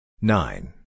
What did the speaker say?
Nine